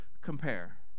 compare